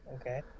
Okay